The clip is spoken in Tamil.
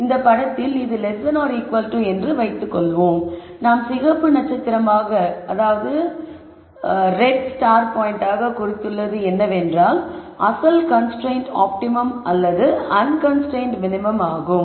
இந்த படத்தில் இது என்று வைத்துக் கொள்வோம் நாம் சிகப்பு நட்சத்திரமாக குறித்துள்ளது என்னவென்றால் அசல் அன்கன்ஸ்ரைன்ட் ஆப்டிமம் அல்லது அன்கன்ஸ்ரைன்ட் மினிமம் ஆகும்